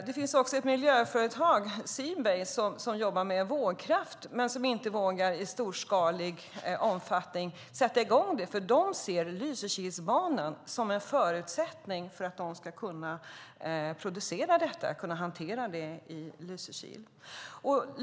Det finns också ett miljöföretag, Seabased, som jobbar med vågkraft men inte vågar sätta i gång det i storskalig omfattning. De ser nämligen Lysekilsbanan som en förutsättning för att de ska kunna producera detta och kunna hantera det i Lysekil.